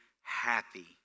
happy